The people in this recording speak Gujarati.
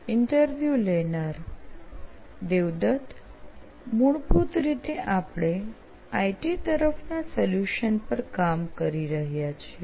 ઈન્ટરવ્યુ લેનાર દેવદત મૂળભૂત રીતે આપણે આઈ ટી તરફના સોલ્યુશન પર કામ કરી રહ્યા છીએ